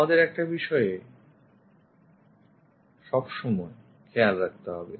আমাদের একটা বিষয়ে সবসময় খেয়াল রাখতে হবে